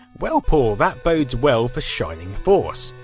well paul, that bodes well for shining force.